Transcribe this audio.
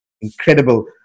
incredible